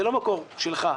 זה לא מקור שלך.